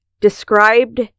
described